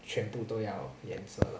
全部都要颜色